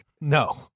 No